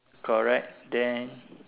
correct then